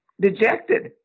dejected